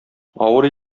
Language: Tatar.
авыр